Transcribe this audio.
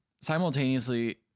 simultaneously